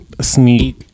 sneak